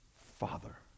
Father